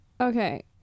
okay